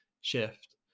shift